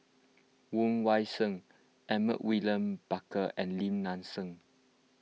Woon Wah Siang Edmund William Barker and Lim Nang Seng